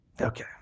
Okay